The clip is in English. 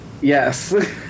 Yes